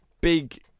big